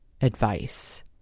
advice